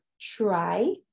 try